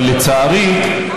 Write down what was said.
אבל לצערי,